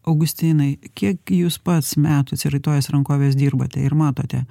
augustinai kiek jūs pats metų atsiraitojęs rankoves dirbate ir matote